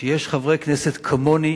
שיש חברי כנסת כמוני,